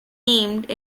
named